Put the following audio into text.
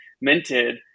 minted